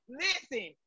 listen